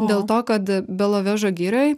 dėl to kad belovežo girioj